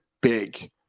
big